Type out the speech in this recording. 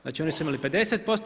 Znači oni su imali 50%